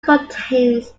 contains